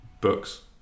Books